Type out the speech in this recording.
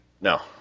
No